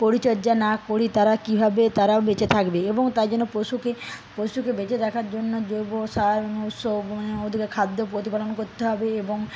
পরিচর্যা না করি তারা কিভাবে তারাও বেঁচে থাকবে এবং তাই জন্য পশুকে পশুকে বেঁচে থাকার জন্য জৈব সার ওদেরকে খাদ্য প্রতিপালন করতে হবে এবং